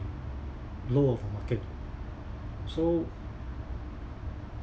low of a market so